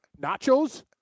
nachos